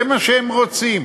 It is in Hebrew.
זה מה שהם רוצים,